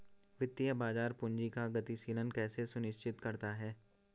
वित्तीय बाजार पूंजी का गतिशीलन कैसे सुनिश्चित करता है?